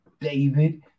David